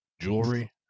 Jewelry